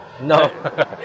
No